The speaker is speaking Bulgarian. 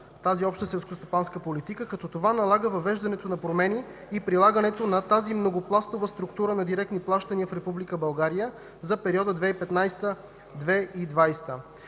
тази Обща селскостопанска политика, като това налага въвеждането на промени и прилагането на тази многопластова структура на директни плащания в Република България за периода 2015 – 2020